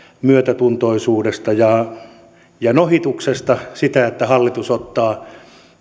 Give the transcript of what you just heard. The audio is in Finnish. myötätuntoisuudesta ja ja nohituksesta siinä että hallitus ottaa